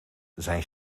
zijn